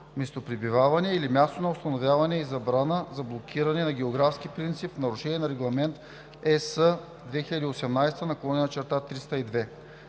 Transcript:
местопребиваване или място на установяване и забрана за блокиране на географски принцип в нарушение на Регламент (ЕС) 2018/302.